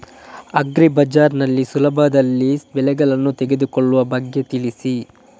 agri bazaar ನಲ್ಲಿ ಸುಲಭದಲ್ಲಿ ಬೆಳೆಗಳನ್ನು ತೆಗೆದುಕೊಳ್ಳುವ ಬಗ್ಗೆ ತಿಳಿಸಿ